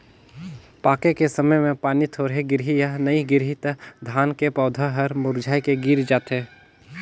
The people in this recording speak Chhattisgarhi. पाके के समय मे पानी थोरहे गिरही य नइ गिरही त धान के पउधा हर मुरझाए के गिर जाथे